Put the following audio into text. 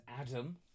Adam